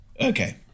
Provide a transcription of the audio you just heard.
Okay